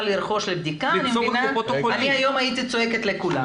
לרכוש לבדיקה אני היום הייתי צועקת לכולם.